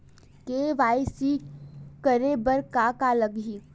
KYC करे बर का का लगही?